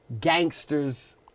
gangsters